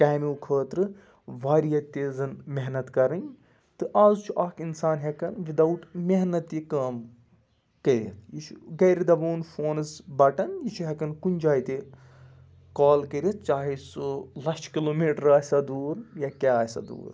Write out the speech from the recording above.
کامیو خٲطرٕ واریاہ تہِ زَن محنت کَرٕنۍ تہٕ آز چھُ اکھ اِنسان ہٮ۪کان وِد آوُٹ محنت یہِ کٲم کٔرِتھ یہِ چھُ گَرِ دَبووُن فونَس بَٹَن یہِ چھُ ہٮ۪کان کُنہِ جایہِ تہِ کال کٔرِتھ چاہے سُہ لَچھ کِلوٗ میٖٹَر آسیٛا دوٗر یا کیٛاہ آسیٛا دوٗر